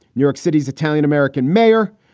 new york city's italian american mayor,